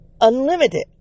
Unlimited